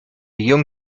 young